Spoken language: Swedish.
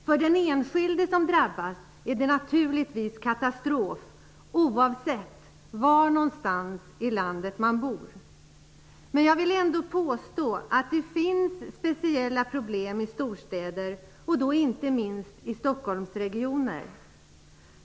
För den enskilde som drabbas är det naturligtvis en katastrof, oavsett var i landet man bor. Men jag vill ändå påstå att det finns speciella problem i storstäder, inte minst i Stockholmsregionen.